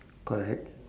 correct